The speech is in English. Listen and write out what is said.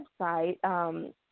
website